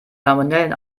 salmonellen